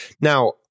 Now